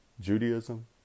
Judaism